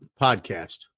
Podcast